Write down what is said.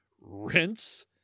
Rinse